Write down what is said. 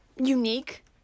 Unique